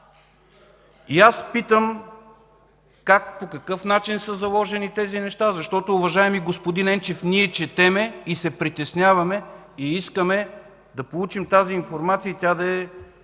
И аз питам: как, по какъв начин са заложени тези неща? Защото, уважаеми господин Енчев, ние четем и се притесняваме. Искаме да получим тази информация и тя да е